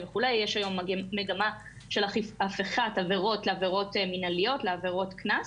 יש היום מגמה של הפיכת עבירות לעבירות מנהליות של קנס.